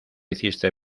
hiciste